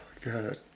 God